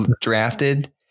drafted